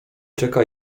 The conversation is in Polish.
czeka